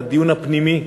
את הדיון הפנימי אדחוף,